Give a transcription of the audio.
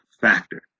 Factor